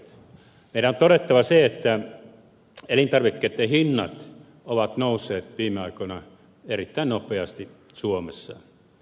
meidän on todettava se että elintarvikkeitten hinnat ovat nousseet viime aikoina erittäin nopeasti suomessa